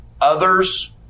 Others